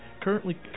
currently